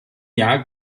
jahr